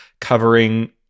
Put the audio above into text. covering